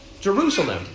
Jerusalem